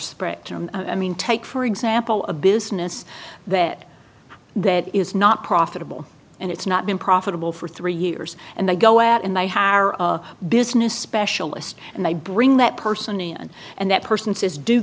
spectrum i mean take for example a business that that is not profitable and it's not been profitable for three years and i go out and i have our business specialist and i bring that person ian and that person says do